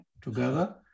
together